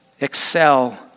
Excel